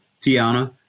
Tiana